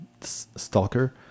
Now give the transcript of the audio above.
Stalker